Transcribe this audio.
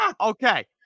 Okay